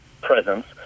presence